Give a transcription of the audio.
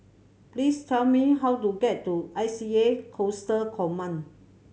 please tell me how to get to I C A Coastal Command